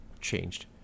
changed